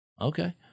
okay